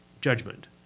judgment